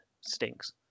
Stinks